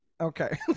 Okay